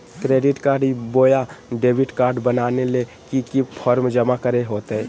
Credit card बोया debit card बनाने ले की की फॉर्म जमा करे होते?